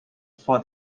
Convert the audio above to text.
for